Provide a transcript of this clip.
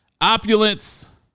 opulence